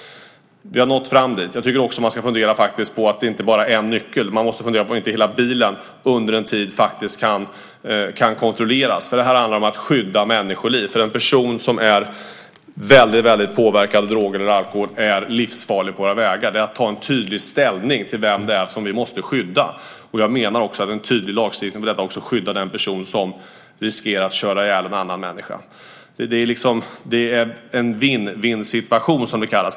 Vi har nått fram dit. Jag tycker att man måste fundera på att det inte bara är en nyckel. Man måste fundera på om inte hela bilen under en tid faktiskt kan kontrolleras. Här handlar det om att skydda människoliv. En person som är väldigt påverkad av droger eller alkohol är livsfarlig på våra vägar. Detta är att ta tydlig ställning till vem det är som vi måste skydda. Jag menar att en tydlig lagstiftning på detta område också skyddar den person som riskerar att köra ihjäl en annan människa. Det är en vinn-vinn-situation, som det kallas.